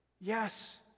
yes